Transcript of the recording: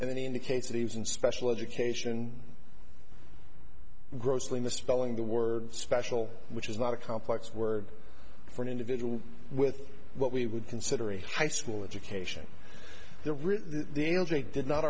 and then he indicates that he was in special education grossly misspelling the word special which is not a complex word for an individual with what we would consider a high school education the written the elderly did not